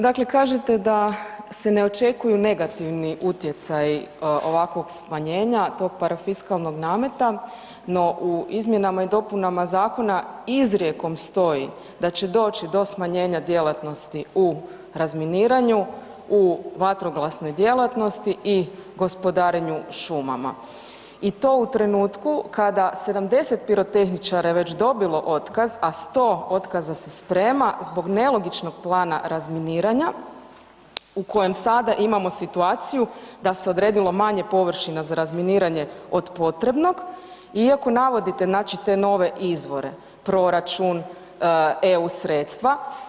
Dakle, kažete da se ne očekuju negativni utjecaji ovakvog smanjenja tog parafiskalnog nameta no u izmjenama i dopunama zakona izrijekom stoji da će dođi do smanjenja djelatnosti u razminiranju, u vatrogasnoj djelatnosti i gospodarenju šumama i to u trenutku kada je 70 pirotehničara je već dobilo otkaz, a 100 otkaza se sprema zbog nelogičnog plana razminiranja u kojem sada imamo situaciju da se odredilo manje površina za razminiranje od potrebnog iako navodite znači te nove izvore, proračun, EU sredstva.